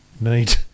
need